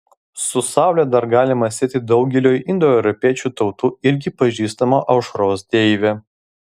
su saule dar galima sieti daugeliui indoeuropiečių tautų irgi pažįstamą aušros deivę